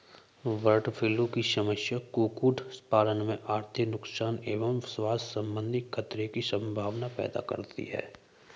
bird flu की समस्या कुक्कुट पालन में आर्थिक नुकसान एवं स्वास्थ्य सम्बन्धी खतरे की सम्भावना पैदा करती है